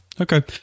Okay